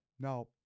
Now